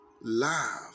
love